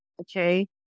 Okay